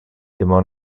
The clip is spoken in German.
immer